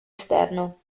esterno